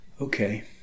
Okay